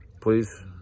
Please